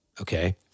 okay